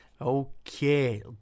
Okay